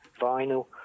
vinyl